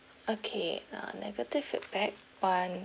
okay uh negative feedback one